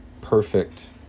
perfect